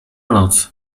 noc